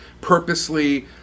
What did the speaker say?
purposely